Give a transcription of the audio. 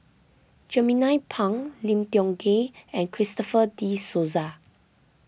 Jernnine Pang Lim Tiong Ghee and Christopher De Souza